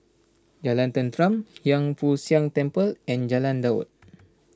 Jalan Tenteram Hiang Foo Siang Temple and Jalan Daud